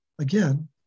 again